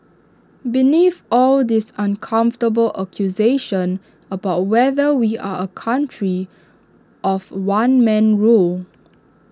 beneath all this uncomfortable accusation about whether we are A country of one man rule